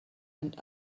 and